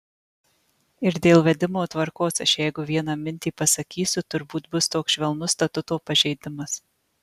ir dėl vedimo tvarkos aš jeigu vieną mintį pasakysiu turbūt bus toks švelnus statuto pažeidimas